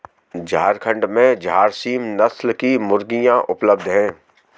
झारखण्ड में झारसीम नस्ल की मुर्गियाँ उपलब्ध है